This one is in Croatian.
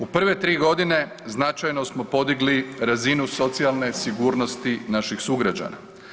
U prve 3 godine značajno smo podigli razinu socijalne sigurnosti naših sugrađana.